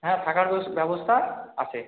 হ্যাঁ থাকার ব্যবস্থা আছে